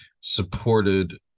supported